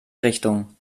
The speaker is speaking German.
richtung